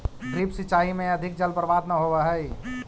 drip सिंचाई में अधिक जल बर्बाद न होवऽ हइ